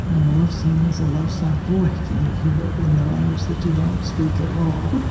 and a love song is a love song boy, can you hear it in the language that you don't speak at all,